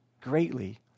greatly